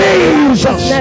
Jesus